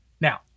Now